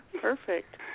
Perfect